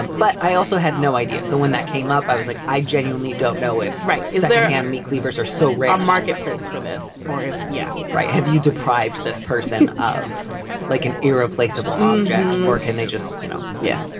but i also had no idea. so when that came up, i was like, i genuinely don't know if right is there. and me cleavers are so rare. um marketplace for this or. yeah, right. have you deprived this person of like an era playable um or can they just you know. yeah,